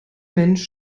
mensch